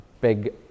big